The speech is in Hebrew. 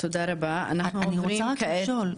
אני רוצה רק לשאול,